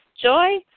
joy